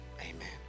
Amen